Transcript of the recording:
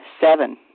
Seven